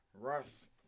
Russ